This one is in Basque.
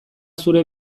zure